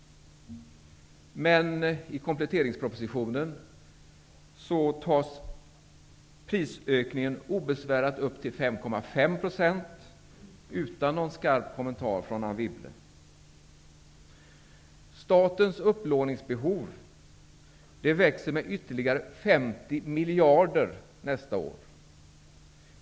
Men i kompletteringspropositionen tas prisökningen obesvärat och utan någon skarp kommentar från Statens upplåningsbehov växer med ytterligare 50 miljarder nästa år.